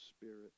spirit